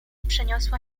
przeniosła